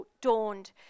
dawned